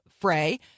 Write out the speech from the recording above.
Frey